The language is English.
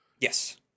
Yes